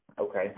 Okay